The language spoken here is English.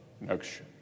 next